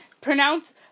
pronounce